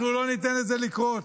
אנחנו לא ניתן לזה לקרות.